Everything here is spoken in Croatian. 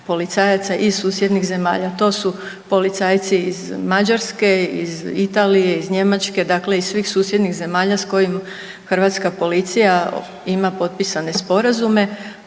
policajaca iz susjednih zemalja. To su policajci iz Mađarske, iz Italije, iz Njemačke. Dakle, iz svih susjednih zemalja sa kojim Hrvatska policija ima potpisane sporazume.